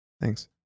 Thanks